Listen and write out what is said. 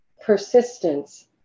Persistence